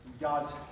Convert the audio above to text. God's